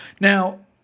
now